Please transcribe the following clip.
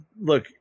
Look